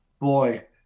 Boy